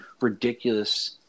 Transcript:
ridiculous